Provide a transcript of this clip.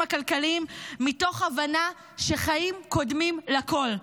הכלכליים מתוך הבנה שחיים קודמים לכול.